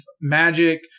magic